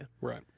Right